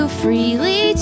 freely